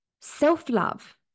Self-love